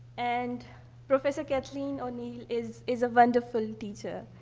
and professor cathleen o'neil is is a wonderful teacher.